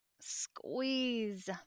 Squeeze